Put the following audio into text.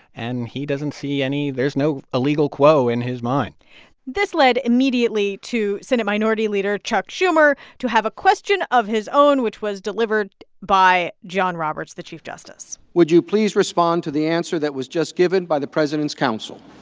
and he doesn't see any there's no illegal quo in his mind this led immediately to senate minority leader chuck schumer to have a question of his own, which was delivered by john roberts, the chief justice would you please respond to the answer that was just given by the president's counsel?